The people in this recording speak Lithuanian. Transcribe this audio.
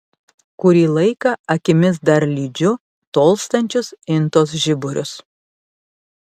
kurį laiką akimis dar lydžiu tolstančius intos žiburius